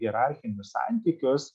hierarchinius santykius